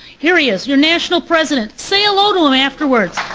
here he is. your national president. say hello to him afterwards.